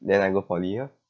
then I go poly orh